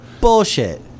Bullshit